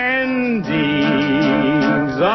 endings